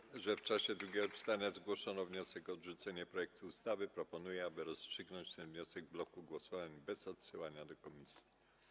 W związku z tym, że w czasie drugiego czytania zgłoszono wniosek o odrzucenie projektu ustawy, proponuję, aby rozstrzygnąć ten wniosek w bloku głosowań bez odsyłania do komisji.